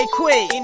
quick